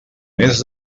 mes